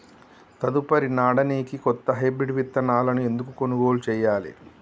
తదుపరి నాడనికి కొత్త హైబ్రిడ్ విత్తనాలను ఎందుకు కొనుగోలు చెయ్యాలి?